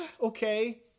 Okay